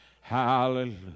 hallelujah